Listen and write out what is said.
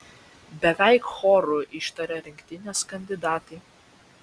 beveik choru ištarė rinktinės kandidatai